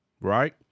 Right